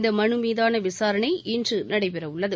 இந்த மனு மீதான விசாரணை இன்று நடைபெற உள்ளது